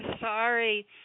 sorry